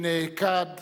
שנעקד